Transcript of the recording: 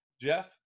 jeff